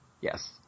Yes